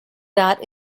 that